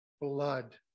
blood